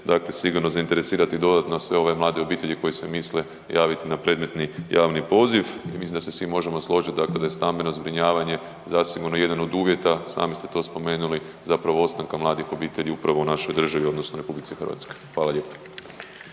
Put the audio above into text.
dakle sigurno zainteresirati dodatno sve ove mlade obitelji koje se misle javiti na predmetni javni poziv i mislim da se svi možemo složiti da je stambeno zbrinjavanje zasigurno jedan od uvjeta, sami ste to spomenuli, zapravo ostanka mladih obitelji upravo u našoj državi odnosno RH. Hvala lijepo.